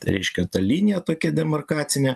reiškia ta linija tokia demarkacinė